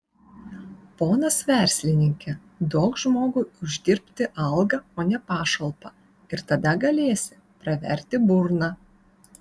ponas verslininke duok žmogui uždirbti algą o ne pašalpą ir tada galėsi praverti burną